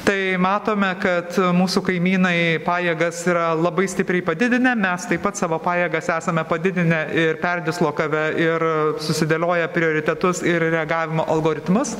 tai matome kad mūsų kaimynai pajėgas yra labai stipriai padidinę mes taip pat savo pajėgas esame padidinę ir perdislokavę ir susidėlioję prioritetus ir reagavimo algoritmus